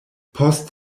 post